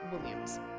Williams